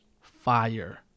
fire